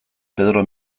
pedro